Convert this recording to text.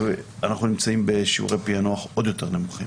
אנחנו נמצאים בשיעורי פענוח עוד יותר נמוכים.